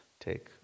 take